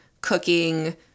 cooking